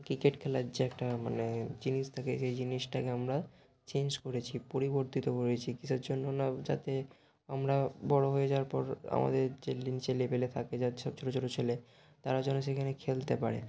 cricket খেলার যে একটা মানে জিনিস থাকে সেই জিনিসটাকে আমরা চেঞ্জ করেছি পরিবর্তিত করেছি কীসের জন্য না যাতে আমরা বড় হয়ে যাওয়ার পর আমাদের যে ছেলেপিলে থাকে যাদের সব ছোটো ছোটো ছেলে তারাও যেন সেইখানে খেলতে পারে